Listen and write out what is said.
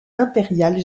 impériale